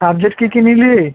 subject কী কী নিলি